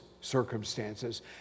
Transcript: circumstances